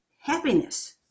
happiness